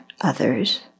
others